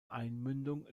einmündung